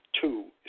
two